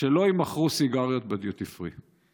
שלא יימכרו סיגריות בדיוטי פרי.